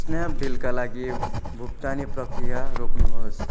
स्न्यापडिलका लागि भुक्तानी प्रक्रिया रोक्नु होस्